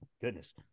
goodness